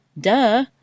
Duh